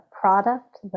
product